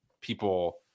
people